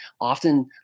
often